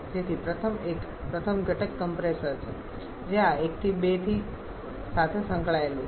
તેથી પ્રથમ એક પ્રથમ ઘટક કમ્પ્રેસર છે જે આ 1 થી 2 સાથે સંકળાયેલું છે